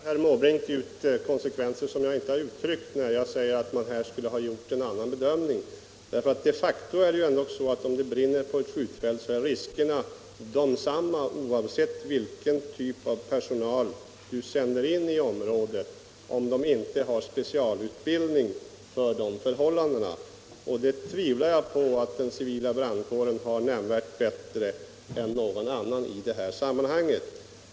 Herr talman! Nu drar herr Måbrink slutsatser som han inte bör dra, när jag säger att man här skulle ha gjort en annan bedömning. Ett faktum är att om det brinner på ett skjutfält är riskerna desamma, oavsett vilken typ av personal man sänder in i området, om personalen inte har specialutbildning för just dessa förhållanden. Och jag tvivlar på att den civila brandkåren har nämnvärt bättre utbildning än den personal som användes i detta sammanhang.